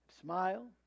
smile